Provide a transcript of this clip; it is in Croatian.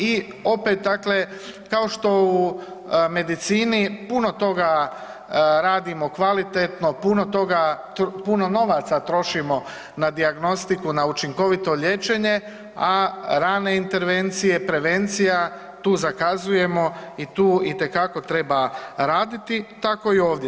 I opet dakle kao što u medicini puno toga radimo kvalitetno, puno toga, puno novaca trošimo na dijagnostiku na učinkovito liječenje, a rane intervencije, prevencija tu zakazujemo i tu itekako treba raditi, tako i ovdje.